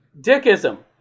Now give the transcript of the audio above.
Dickism